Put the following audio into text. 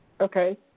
Okay